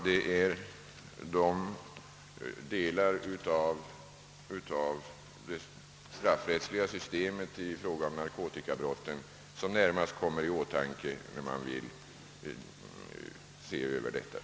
Det är dessa delar av det straffrättsliga systemet i fråga om narkotikabrotten som närmast kommer i åtanke när man vill göra en översyn.